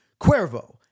Cuervo